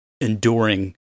enduring